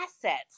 assets